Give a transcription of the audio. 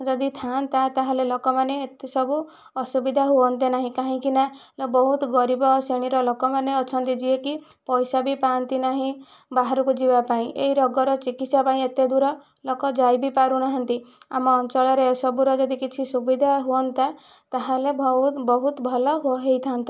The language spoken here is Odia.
ଯଦି ଥାଆନ୍ତା ତା'ହେଲେ ଲୋକମାନେ ଏତେ ସବୁ ଅସୁବିଧା ହୁଅନ୍ତେ ନାହିଁ କାହିଁକିନା ବହୁତ ଗରିବ ଶ୍ରେଣୀର ଲୋକମାନେ ଅଛନ୍ତି ଯିଏକି ପଇସା ବି ପାଆନ୍ତି ନାହିଁ ବାହାରକୁ ଯିବା ପାଇଁ ଏହି ରୋଗର ଚିକିତ୍ସା ପାଇଁ ଏତେ ଦୂର ଲୋକ ଯାଇ ବି ପାରୁନାହାନ୍ତି ଆମ ଅଞ୍ଚଳରେ ଏସବୁର ଯଦି କିଛି ସୁବିଧା ହୁଅନ୍ତା ତାହାଲେ ବହୁତ ଭଲ ହୋଇଥାନ୍ତା